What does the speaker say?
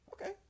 Okay